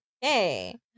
Hey